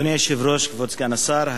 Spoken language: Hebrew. אדוני היושב-ראש, כבוד סגן השר,